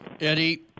Eddie